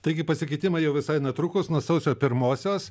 taigi pasikeitimai jau visai netrukus nuo sausio pirmosios